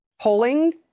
Polling